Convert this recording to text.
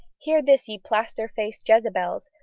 hear this, ye plaster-faced jezabels!